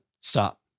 stop